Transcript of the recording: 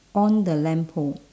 on the lamppost